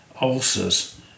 ulcers